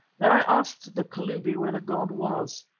then i asked the kalubi where the god was.